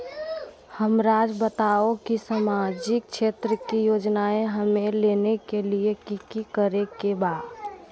हमराज़ बताओ कि सामाजिक क्षेत्र की योजनाएं हमें लेने के लिए कि कि करे के बा?